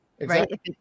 Right